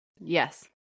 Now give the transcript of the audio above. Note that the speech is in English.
Yes